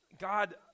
God